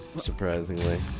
surprisingly